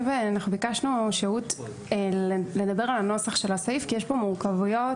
ביקשנו שהות לדבר על הנוסח של הסעיף כי יש פה מורכבויות,